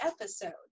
episode